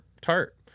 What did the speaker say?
tart